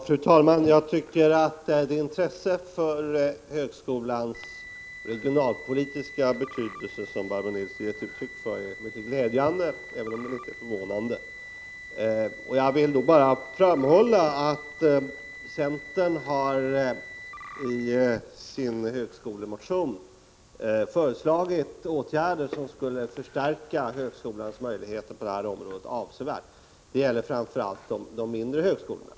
Fru talman! Jag tycker att det intresse för högskolans regionalpolitiska betydelse som Barbro Nilsson har gett uttryck för är mycket glädjande, även om det inte är förvånande. Jag vill framhålla att centern i sin högskolemotion har föreslagit åtgärder som skulle förstärka högskolans möjligheter på detta område avsevärt. Det gäller framför allt de mindre högskolorna.